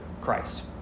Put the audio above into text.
Christ